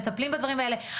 מטפלים בדברים האלה",